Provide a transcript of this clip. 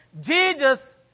Jesus